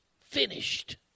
finished